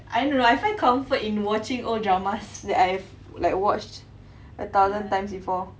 I don't know I find comfort in watching old drama that I've like watched a thousand times before